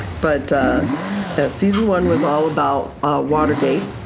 but season one was all about watergate.